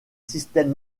système